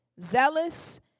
zealous